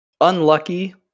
unlucky